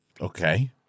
Okay